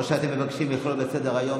או שאתם מבקשים לכלול בסדר-היום?